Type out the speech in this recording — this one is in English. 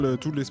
tout